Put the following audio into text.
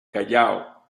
callao